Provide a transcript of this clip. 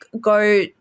go